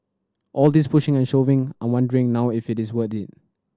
all this pushing and shoving I'm wondering now if it is worth it